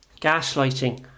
Gaslighting